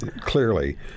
Clearly